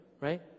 right